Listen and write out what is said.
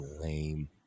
lame